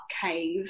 cave